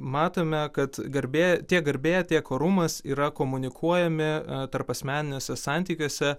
matome kad garbė tiek garbė tiek orumas yra komunikuojami tarpasmeniniuose santykiuose